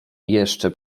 jeszcze